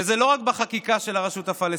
וזה לא רק בחקיקה של הרשות הפלסטינית,